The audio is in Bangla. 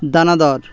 দানাদার